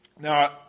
Now